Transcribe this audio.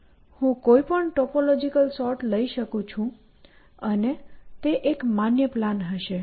હું કોઈપણ topological sort લઇ શકું છું અને તે એક માન્ય પ્લાન હશે